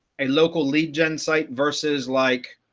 a local lead gen site versus like,